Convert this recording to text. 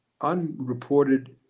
unreported